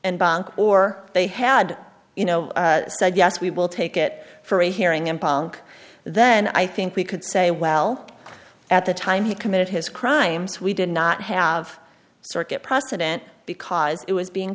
and bank or they had you know said yes we will take it for a hearing in pollock then i think we could say well at the time he committed his crimes we did not have circuit precedent because it was being